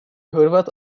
hırvat